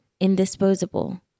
indisposable